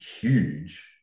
Huge